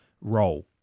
role